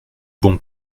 bon